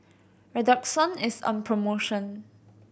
redoxon is on promotion